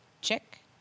Check